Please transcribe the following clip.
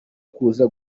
kuza